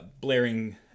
blaring